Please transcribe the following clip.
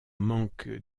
manque